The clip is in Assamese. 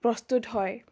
প্ৰস্তুত হয়